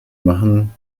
machen